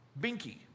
binky